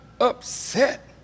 upset